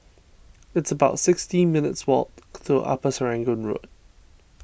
it's about sixteen minutes' walk to Upper Serangoon Road